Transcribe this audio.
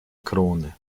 krone